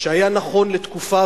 שהיה נכון לתקופה,